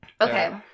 Okay